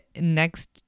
next